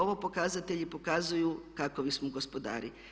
Ovo pokazatelji pokazuju kako smo gospodari.